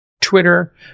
Twitter